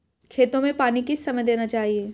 खेतों में पानी किस समय देना चाहिए?